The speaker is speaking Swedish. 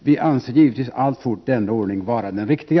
Vi anser givetvis alltfort denna ordning vara den riktiga.